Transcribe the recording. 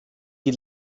die